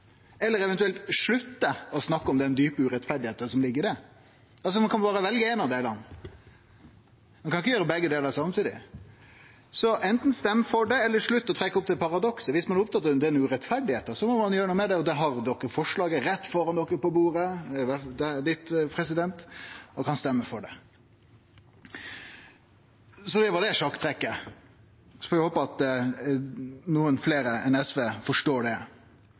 eller eventuelt slutte å snakke om den djupe urettferda som ligg i det? Ein kan berre velje ein av delane, ein kan ikkje gjere begge delar samtidig. Så ein får anten stemme for det eller slutte å trekkje opp det paradokset. Viss ein er opptatt av den urettferda, må ein gjere noko med det. Da har dei forslaget rett framfor seg på bordet og kan stemme for det. Så det var sjakktrekket, og så får vi håpe at nokon fleire enn SV forstår det.